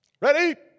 Ready